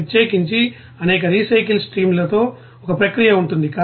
ప్రత్యేకించి అనేక రీసైకిల్ స్ట్రీమ్లతో ఒక ప్రక్రియ ఉంటుంది